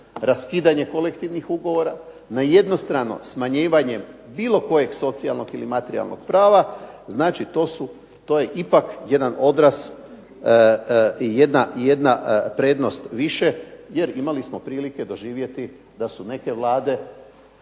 raskidanje kolektivnih ugovora, na jednostrano smanjivanje bilo kojeg socijalnog ili materijalnog prava, znači to su, to je ipak jedan odraz, jedna prednost više jer imali smo prilike doživjeti da su neke vlade,